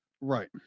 right